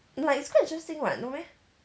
like it's quite interesting [what] no meh